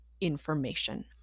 information